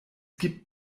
gibt